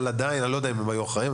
אני לא יודע אם היו אחראים,